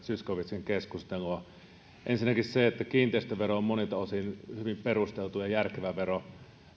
zyskowiczin keskustelua ensinnäkin on se että kiinteistövero on monilta osin hyvin perusteltu ja järkevä vero